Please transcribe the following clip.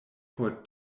por